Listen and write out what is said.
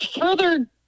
further